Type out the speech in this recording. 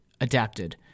adapted